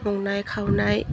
संनाय खावनाय